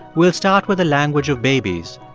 we'll start with the language of babies,